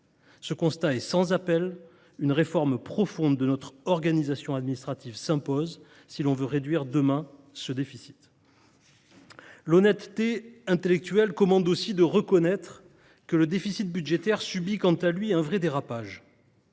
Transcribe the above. Ce constat est sans appel : une réforme profonde de notre organisation administrative s’impose si l’on veut réduire, demain, ce déficit. L’honnêteté intellectuelle commande aussi de reconnaître que le déficit budgétaire subit un vrai dérapage